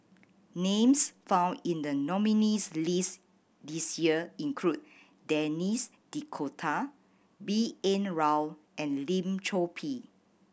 names found in the nominees' list this year include Denis D'Cotta B N Rao and Lim Chor Pee